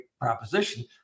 proposition